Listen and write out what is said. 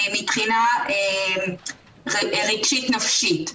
מבחינה רגשית-נפשית.